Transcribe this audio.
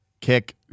Kick